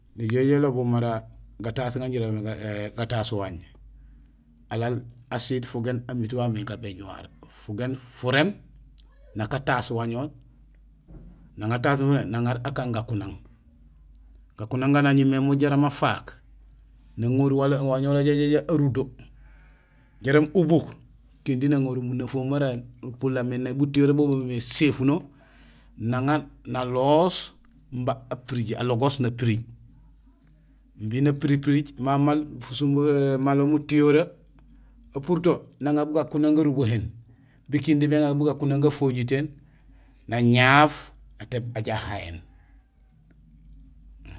Ni je joow ilobul mara gataas gan jilobé mé; gataas waañ. Alaal asiil fugéén amiit waamé gabéñuwar. Fugéén furéém nak ataas wañol. Nang ataas fufunak nuŋaar gagaan gakunang. Gakunang ga nañumé mooj jaraam afaak naŋorul wañol aja ajoow arudo jaraam ubuk kindi naŋorul munafahum mara nupunlaal lomé mutiyoree bo boomé éséfuno nuŋaar naloos umba apiriij, nalogoos napiriij. Imbi napiriij piriij mamaal fusumbo; malool mutiyoree aputo naŋa bun gakunaŋol garubahéén bi kindi béŋa bun gakanang gafojitéén nañaaf natééb aja hayéén.